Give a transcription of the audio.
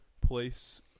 place